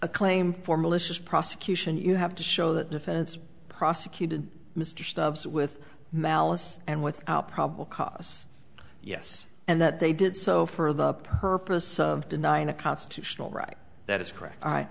a claim for malicious prosecution you have to show that defendants prosecuted mr stubbs with malice and without probable cause yes and that they did so for the purpose of denying a constitutional right that is correct